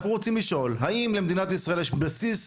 אנחנו רוצים לשאול האם למדינת ישראל יש בסיס,